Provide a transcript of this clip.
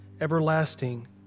everlasting